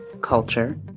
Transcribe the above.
culture